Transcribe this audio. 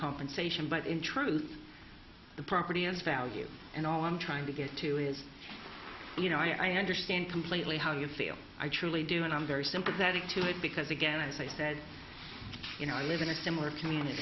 compensation but in truth the property is value and all i'm trying to get to is you know i understand completely how you feel i truly do and i'm very sympathetic to that because again i say that you know i live in a similar community